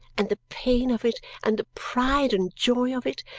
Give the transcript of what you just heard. and the pain of it, and the pride and joy of it,